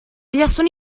buaswn